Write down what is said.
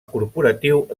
corporatiu